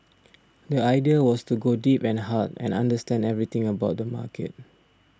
the idea was to go deep and hard and understand everything about the market